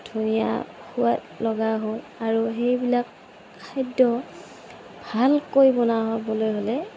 ধুনীয়া সোৱাদ লগা হয় আৰু সেইবিলাক খাদ্য় ভালকৈ বনাবলৈ হ'লে